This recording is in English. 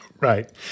Right